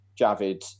Javid